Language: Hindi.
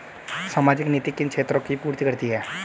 सामाजिक नीति किन क्षेत्रों की पूर्ति करती है?